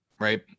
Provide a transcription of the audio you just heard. Right